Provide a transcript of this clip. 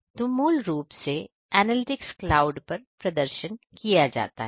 तुम मूल रूप से एनालिटिक्स क्लाउड पर प्रदर्शन किया जाता है